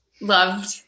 loved